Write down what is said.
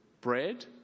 bread